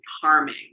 harming